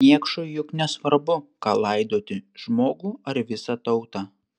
niekšui juk nesvarbu ką laidoti žmogų ar visą tautą